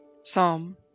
Psalm